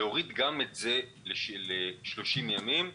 להוריד גם את זה ל-30 ימים.